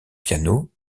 piano